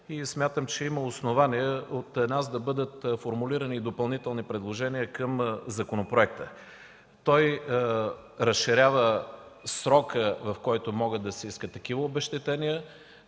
Смятам, че има основание от нас да бъдат формулирани допълнителни предложения към законопроекта. Той разширява срока, в който могат да се искат такива обезщетения;